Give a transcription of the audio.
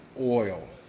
oil